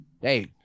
Hey